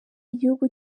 igihugu